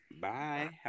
Bye